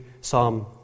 Psalm